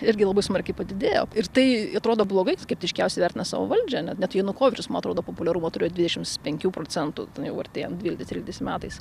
irgi labai smarkiai padidėjo ir tai atrodo blogai skeptiškiausiai vertina savo valdžią ne net janukovyčius atrodo populiarumo turėjo devidešims penkių procentų ten jau artėjant dvyliktais tryliktais metais